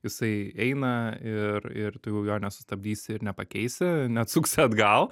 jisai eina ir ir tu jau jo nesustabdys ir nepakeisi neatsuksi atgal